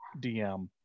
DM